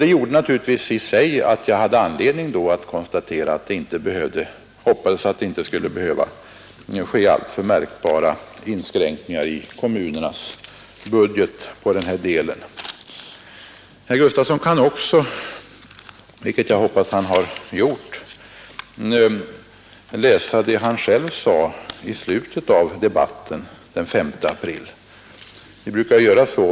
Det gjorde naturligtvis att jag då hade anledning att hoppas att det inte skulle behöva ske alltför märkbara inskränkningar i kommunernas budget för vägunderhållet. Herr Gustafson kan också vilket jag hoppas han har gjort — läsa det han själv sade i slutet av debatten den 5 april.